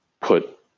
put